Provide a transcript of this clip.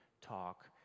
talk